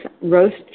roast